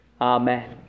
Amen